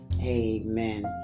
Amen